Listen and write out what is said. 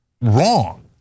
wrong